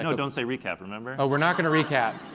you know don't say recap, remember. oh, we're not gonna recap.